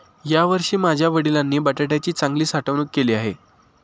यावर्षी माझ्या वडिलांनी बटाट्याची चांगली साठवणूक केली आहे